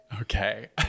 Okay